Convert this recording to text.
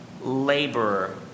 laborer